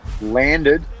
landed